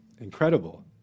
Incredible